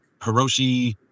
Hiroshi